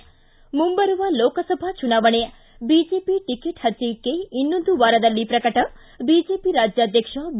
ಿ ಮುಂಬರುವ ಲೋಕಸಭಾ ಚುನಾವಣೆ ಬಿಜೆಪಿ ಟಿಕೆಟ್ ಹಂಚಿಕೆ ಇನ್ನೊಂದು ವಾರದಲ್ಲಿ ಪ್ರಕಟ ಬಿಜೆಪಿ ರಾಜ್ನಾಧಕ್ಷ ಬಿ